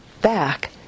back